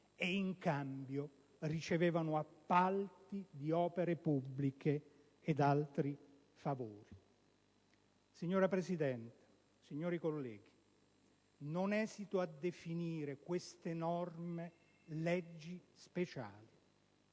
ed in cambio ricevevano appalti di opere pubbliche ed altri favori. Signora Presidente, onorevoli colleghi, non esito a definire queste norme leggi speciali.